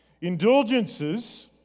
Indulgences